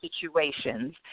situations